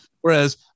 Whereas